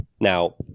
Now